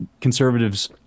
conservatives